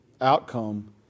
outcome